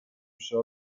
przy